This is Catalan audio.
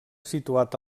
situat